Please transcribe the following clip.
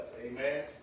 Amen